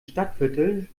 stadtviertel